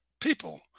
people